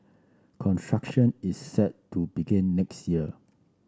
construction is set to begin next year